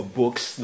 books